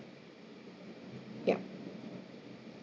yup